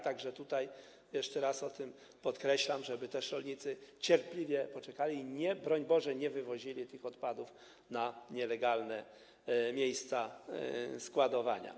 Tak że tutaj jeszcze raz podkreślam, żeby rolnicy też cierpliwie poczekali, broń Boże nie wywozili tych odpadów na nielegalne miejsca składowania.